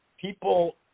people –